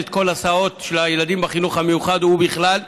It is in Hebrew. את כל ההסעות של הילדים בחינוך המיוחד ובכלל,